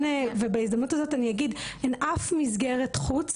בהזדמנות הזו אני גם אגיד שאין אף מסגרת חוץ